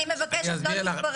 אני מבקשת לא להתפרץ.